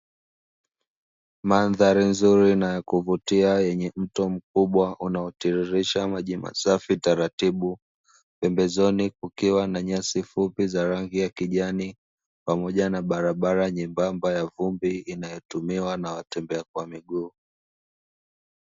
Mandhari nzuri na yakuvutia, yenye mto mkubwa unaotiririsha maji masafi taratibu, pembezoni kukiwa na nyasi fupi za rangi ya kijani pamoja na barabara nyembamba ya vumbi inayotumiwa na watembea kwa miguu.